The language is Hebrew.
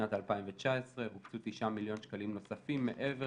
לשנת 2019 הוקצו 9 מיליון שקלים נוספים מעבר